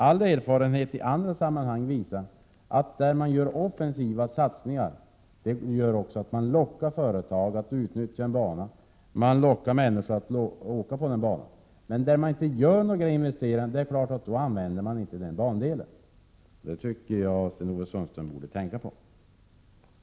All erfarenhet visar att offensiva satsningar lockar företag att utnyttja banan. Det lockar människor att åka med tåg. När man inte gör några investeringar är det klart att bandelen inte används. Det tycker jag Sten-Ove Sundström borde tänka på.